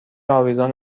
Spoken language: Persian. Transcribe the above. آویزان